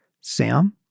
Sam